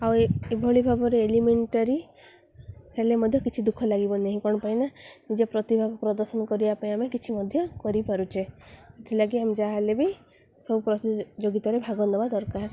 ଆଉ ଏ ଏଭଳି ଭାବରେ ଏଲିମେଣ୍ଟାରୀ ହେଲେ ମଧ୍ୟ କିଛି ଦୁଃଖ ଲାଗିବ ନାହିଁ କ'ଣ ପାଇଁ ନା ନିଜ ପ୍ରତିଭାକୁ ପ୍ରଦର୍ଶନ କରିବା ପାଇଁ ଆମେ କିଛି ମଧ୍ୟ କରିପାରୁଛେ ସେଥିଲାଗି ଆମେ ଯାହାହେଲେ ବି ସବୁ ପ୍ରତିଯୋଗିତାରେ ଭାଗ ଦବା ଦରକାର